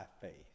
faith